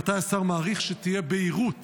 מתי השר מעריך שתהיה בהירות